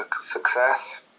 success